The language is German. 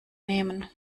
nehmen